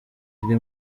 iri